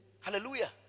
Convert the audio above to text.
Hallelujah